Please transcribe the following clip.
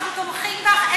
אנחנו תומכים בך.